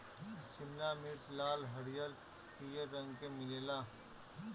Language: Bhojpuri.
शिमला मिर्च लाल, हरिहर, पियर रंग के मिलेला